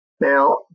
Now